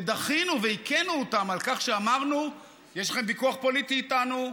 ודחינו והכינו אותם בכך שאמרנו: יש לכם ויכוח פוליטי איתנו?